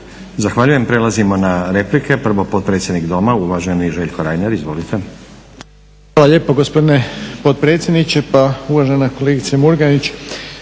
Zahvaljujem. Prelazimo na replike. Prvo potpredsjednik Doma uvaženi Željko Reiner. Izvolite. **Reiner, Željko (HDZ)** Hvala lijepo gospodine potpredsjedniče. Pa uvažena kolegice Murganić